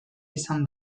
izan